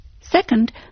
Second